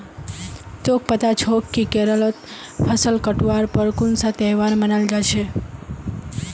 तोक पता छोक कि केरलत फसल काटवार पर कुन्सा त्योहार मनाल जा छे